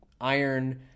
iron